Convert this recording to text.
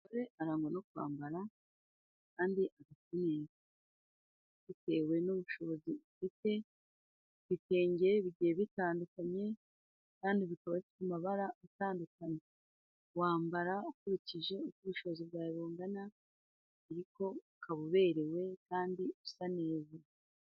Umusore arangwa no kwambara kandi akeye bitewe n'ubushobozi ufite ibitenge bigiye bitandukanye kandi bikaba ku amabara atandukanye wambara ukurikije uko ubushobozi bwawe bungana ariko ukaba uberewe kandi usa neza.